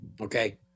okay